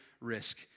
risk